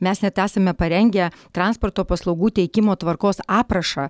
mes net esame parengę transporto paslaugų teikimo tvarkos aprašą